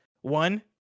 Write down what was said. one